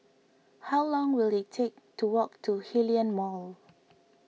how long will it take to walk to Hillion Mall